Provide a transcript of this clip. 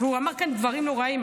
והוא אמר כאן דברים נוראים,